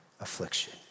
affliction